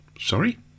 Sorry